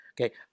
Okay